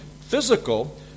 physical